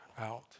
out